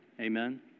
Amen